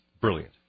brilliant